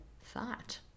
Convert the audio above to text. thought